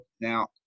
Now